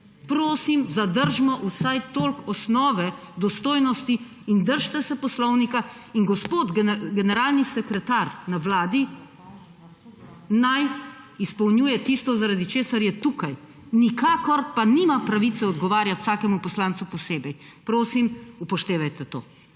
Prosim, zadržimo vsaj toliko osnove dostojnosti in držite se poslovnika. In gospod generalni sekretar na vladi naj izpolnjuje tisto, zaradi česar je tukaj. Nikakor pa nima pravice odgovarjati vsakemu poslancu posebej. Prosim, upoštevajte to.